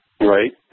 Right